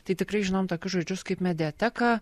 tai tikrai žinom tokius žodžius kaip mediateka